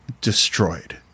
destroyed